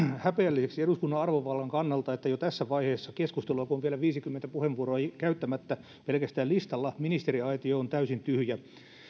häpeälliseksi eduskunnan arvovallan kannalta että jo tässä vaiheessa keskustelua kun on vielä viisikymmentä puheenvuoroa käyttämättä pelkästään listalla ministeriaitio on täysin tyhjä